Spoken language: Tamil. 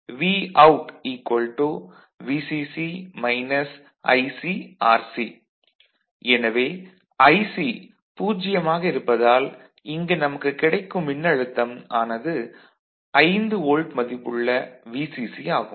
Vout VCC ICRC எனவே Ic 0 ஆக இருப்பதால் இங்கு நமக்கு கிடைக்கும் மின்னழுத்தம் ஆனது 5 வோல்ட் மதிப்புள்ள Vcc ஆகும்